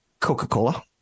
Coca-Cola